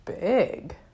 big